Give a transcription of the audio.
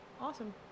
awesome